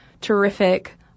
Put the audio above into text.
terrific